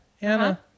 Anna